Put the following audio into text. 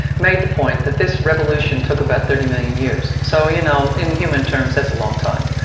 made the point that this revolution took about thirty million years. so you know in human terms that's a long time.